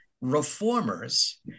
reformers